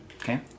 Okay